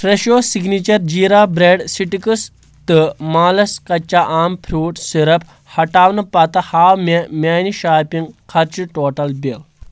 Fresho signature زِیٖرا bread sticks تہٕ مالَس کَچا آم فرٛوٗٹ سِرپ ہَٹاونہٕ پَتہٕ ہاو مےٚ میانہِ شاپنگ خرچہِ ٹوٹَل بِل